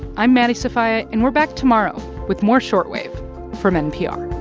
i'm maddie sofia, and we're back tomorrow with more short wave from npr